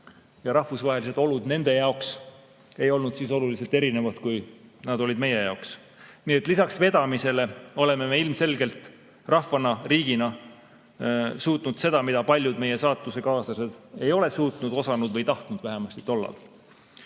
ja rahvusvahelised olud ei olnud nende jaoks oluliselt erinevad, kui nad olid meie jaoks. Nii et lisaks vedamisele oleme me ilmselgelt rahvana, riigina suutnud seda, mida paljud meie saatusekaaslased ei ole suutnud, osanud või tahtnud – vähemalt tollal.